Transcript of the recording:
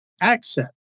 access